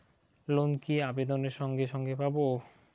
Loan কি আবেদনের সঙ্গে সঙ্গে পাব?